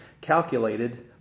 calculated